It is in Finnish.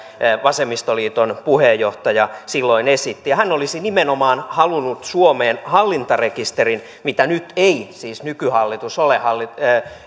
vasemmistoliiton puheenjohtaja silloin esitti ja hän olisi nimenomaan halunnut suomeen hallintarekisterin mitä nyt ei siis nykyhallitus ole